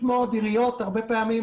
הרבה פעמים